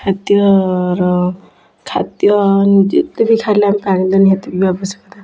ଖାଦ୍ୟର ଖାଦ୍ୟ ଯେତେବି ଖାଇଲେ ପାଣିଟା ନିହାତି ପିଇବା ଆବଶ୍ୟକତା